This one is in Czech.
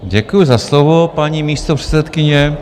Děkuju za slovo, paní místopředsedkyně.